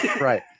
Right